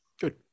Good